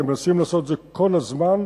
אתם מנסים לעשות את זה כל הזמן,